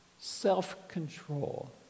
self-control